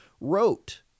wrote